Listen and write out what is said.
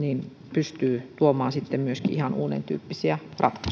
pystyvät tuomaan sitten myöskin ihan uudentyyppisiä